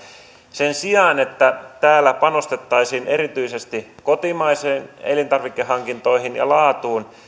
sen sijaan että täällä panostettaisiin erityisesti kotimaisiin elintarvikehankintoihin ja laatuun